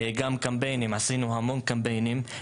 עשינו גם המון קמפיינים.